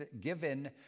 given